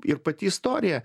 ir pati istorija